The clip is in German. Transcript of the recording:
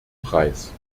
preis